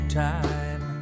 time